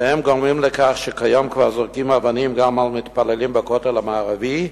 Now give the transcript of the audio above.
וזה גורם לכך שכיום כבר זורקים אבנים גם על מתפללים בכותל המערבי,